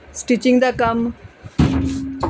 stitching ਦਾ ਕੰਮ